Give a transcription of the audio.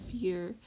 fear